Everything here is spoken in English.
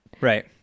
Right